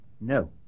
No